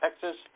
Texas